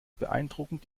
beeindruckend